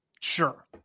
Sure